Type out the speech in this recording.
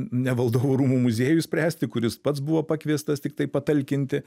ne valdovų rūmų muziejui spręsti kuris pats buvo pakviestas tiktai patalkinti